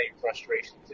frustrations